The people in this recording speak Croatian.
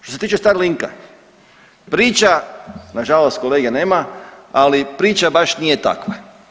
Što se tiče Starlinka priča nažalost kolege nema, ali priča baš nije takva.